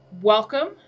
Welcome